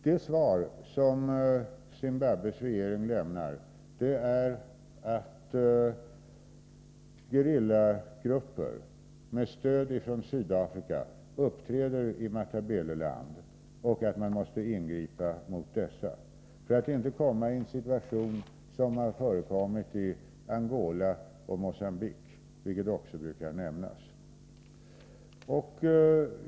Det svar som Zimbabwes regering lämnar är att gerillagrupper, med stöd ifrån Sydafrika, uppträder i Matabeleland och att man då måste ingripa mot dessa, för att inte hamna i en situation som förekommit i Angola och Mogambique, vilket också brukar nämnas.